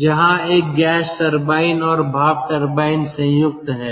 जहां एक gas turbine और भाप टरबाइन संयुक्त है